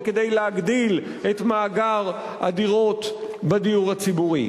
וכדי להגדיל את מאגר הדירות בדיור הציבורי.